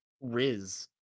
Riz